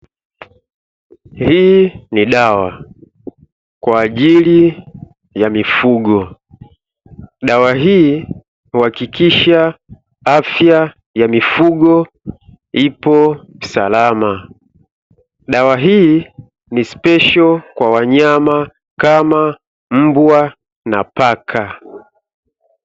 Hii ni dawa kwa ajili ya mifugo, dawa hii huakikisha afya ya mifugo ipo salama. Dawa hii ni spesho kwa wanyama kama mbwa na paka.